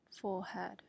forehead